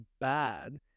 bad